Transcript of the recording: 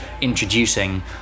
introducing